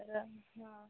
तर हां